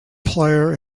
player